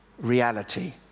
reality